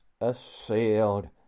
assailed